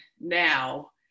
now